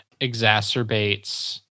exacerbates